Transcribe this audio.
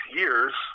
years